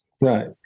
Right